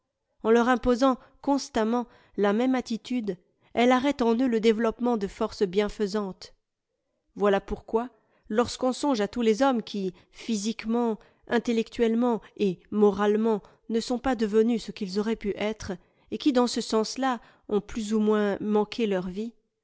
en leur imposant constamment la même attitude elle arrête en eux le développement de forces bienfaisantes voilà pourquoi lorsqu'on songe à tous les hommes qui physiquement intellectuellement et moralement ne sont pas devenus ce qu'ils auraient pu être et qui dans ce sens-là ont plus ou moins manqué leur vie